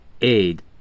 aid